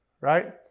right